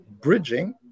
bridging